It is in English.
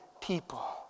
people